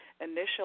initial